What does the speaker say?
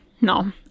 no